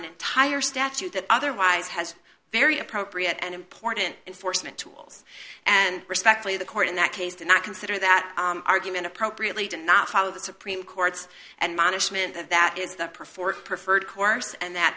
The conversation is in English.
an entire statute that otherwise has very appropriate and important enforcement tools and respectfully the court in that case did not consider that argument appropriately did not follow the supreme court's and management of that is that perform a preferred course and that